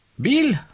Bill